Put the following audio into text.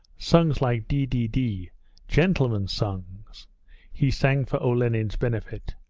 songs like dee, dee, dee' gentlemen's songs' he sang for olenin's benefit,